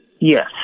Yes